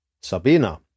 Sabina